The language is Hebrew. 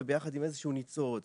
וביחד עם איזשהו ניצוץ,